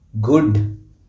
good